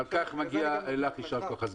אז מגיע לך על זה יישר כוח.